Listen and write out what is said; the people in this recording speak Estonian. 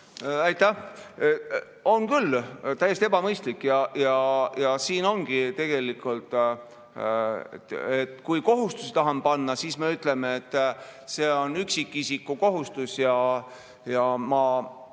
Aitäh! On küll täiesti ebamõistlik. Siin ongi tegelikult nii, et kui me kohustusi tahame panna, siis me ütleme, et see on üksikisiku kohustus. Ma